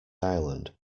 island